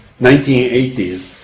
1980s